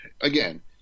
again